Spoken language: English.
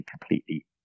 completely